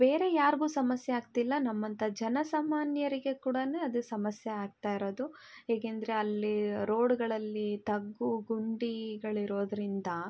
ಬೇರೆ ಯಾರಿಗೂ ಸಮಸ್ಯೆ ಆಗ್ತಿಲ್ಲ ನಮ್ಮಂಥ ಜನಸಾಮಾನ್ಯರಿಗೆ ಕೂಡ ಅದು ಸಮಸ್ಯೆ ಆಗ್ತಾ ಇರೋದು ಯಾಕಂದ್ರೆ ಅಲ್ಲಿ ರೋಡುಗಳಲ್ಲಿ ತಗ್ಗು ಗುಂಡಿಗಳಿರೋದರಿಂದ